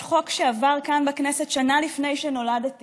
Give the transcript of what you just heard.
חוק שעבר כאן בכנסת שנה לפני שנולדתי